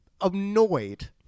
annoyed